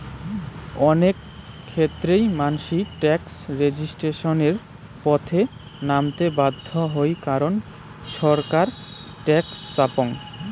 অনেক ক্ষেত্রেই মানসি ট্যাক্স রেজিস্ট্যান্সের পথে নামতে বাধ্য হই কারণ ছরকার ট্যাক্স চাপং